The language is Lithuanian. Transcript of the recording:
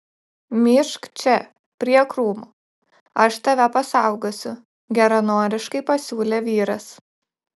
myžk čia prie krūmo aš tave pasaugosiu geranoriškai pasiūlė vyras